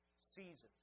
seasons